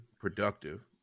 productive